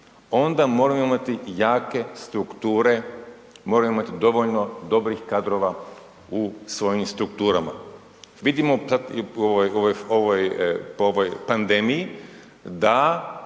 onda moramo imati jake strukture, moramo imati dovoljno dobrih kadrova u svojim strukturama. Vidimo sad po ovoj pandemiji da